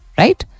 right